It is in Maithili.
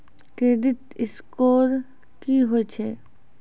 क्रेडिट स्कोर की होय छै?